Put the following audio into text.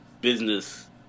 business